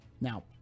Now